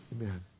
Amen